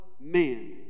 Man